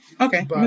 Okay